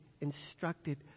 instructed